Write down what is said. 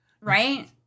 right